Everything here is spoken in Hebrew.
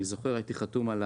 אני זוכר שהייתי חתום על